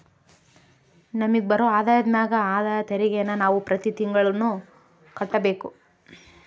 ನಮಿಗ್ ಬರೋ ಆದಾಯದ ಮ್ಯಾಗ ಆದಾಯ ತೆರಿಗೆನ ನಾವು ಪ್ರತಿ ತಿಂಗ್ಳು ಕಟ್ಬಕು